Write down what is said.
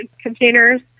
containers